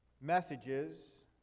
messages